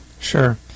Sure